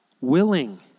willing